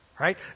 Right